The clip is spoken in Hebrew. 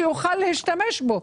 שיוכל להשתמש בו.